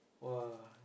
!wah!